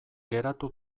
geratu